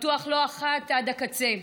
זה מתוח לא אחת עד הקצה.